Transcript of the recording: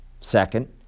Second